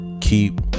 keep